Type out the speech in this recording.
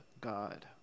God